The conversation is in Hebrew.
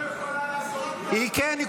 היא לא יכולה לעשות --- היא כן,